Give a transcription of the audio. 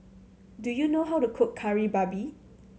do you know how to cook Kari Babi